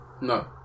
No